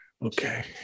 Okay